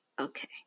Okay